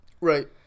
Right